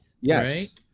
Yes